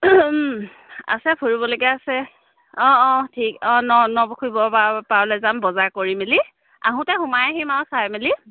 আছে ফুৰিবলগীয়া আছে অঁ অঁ ঠিক অঁ ন নপখুৰী ব পাৰলৈ যাম বজাৰ কৰি মেলি আহোঁতে সোমাই আহিম আৰু চাই মেলি